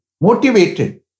motivated